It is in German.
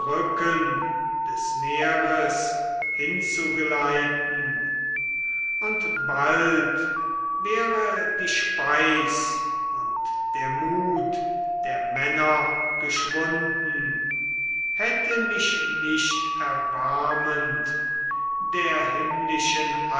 des meeres hinzugeleiten und bald wäre die speis und der mut der männer geschwunden hätte mich nicht erbarmend der himmlischen